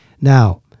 now